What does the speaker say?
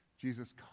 Jesus